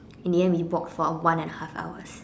in the end we walked for one and a half hour